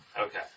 Okay